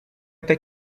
até